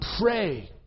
pray